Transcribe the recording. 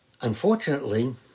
unfortunately